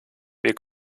wir